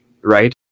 Right